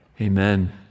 amen